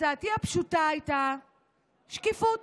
הצעתי הפשוטה הייתה שקיפות,